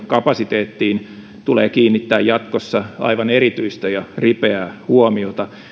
kapasiteettiin tulee kiinnittää jatkossa aivan erityistä ja ripeää huomiota